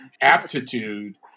aptitude